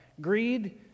Greed